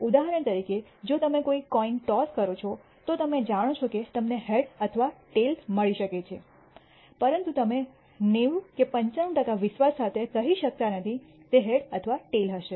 ઉદાહરણ તરીકે જો તમે કોઈ સિક્કો ટોસ કરો છો તો તમે જાણો છો કે તમને હેડ અથવા ટેઈલ મળી શકે છે પરંતુ તમે 90 કે 95 ટકા વિશ્વાસ સાથે કહી શકતા નથી તે હેડ અથવા ટેઈલ હશે